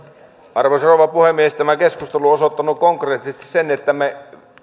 arvoisa rouva puhemies tämä keskustelu on osoittanut konkreettisesti sen että me